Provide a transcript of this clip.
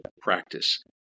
practice